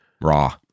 raw